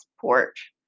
porch